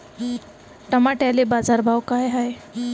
टमाट्याले बाजारभाव काय हाय?